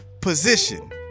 Position